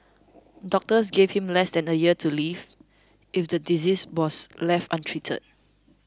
doctors gave him less than a year to live if the disease was left untreated